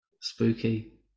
Spooky